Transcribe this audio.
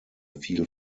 viel